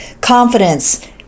confidence